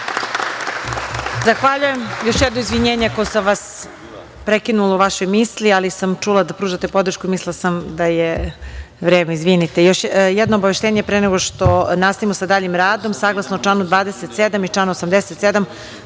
Zahvaljujem. Još jedno izvinjenje ako sam vas prekinula u vašoj misli, ali sam čula da pružate podršku i mislila sam da je vreme. Još jedno obaveštenje pre nego što nastavimo sa daljim radom, saglasno članu 27. i članu 87.